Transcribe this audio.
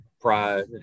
Pride